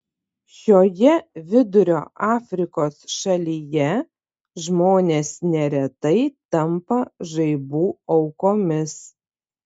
šioje vidurio afrikos šalyje žmonės neretai tampa žaibų aukomis